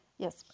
Yes